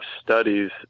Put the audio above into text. studies